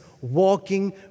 walking